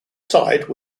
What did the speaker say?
side